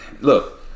look